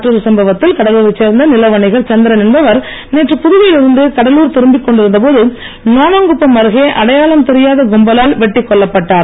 மற்றொரு சம்பவத்தில் கடலூரை சேர்ந்த நில வணிகர் சந்திரன் என்பவர் நேற்று புதுவையில் இருந்து கடலூர் திரும்பிக் கொண்டிருந்த போது நோனாங்குப்பம் அருகே அடையாளம் தெரியாத கும்பலால் வெட்டி கொல்லப்பட்டார்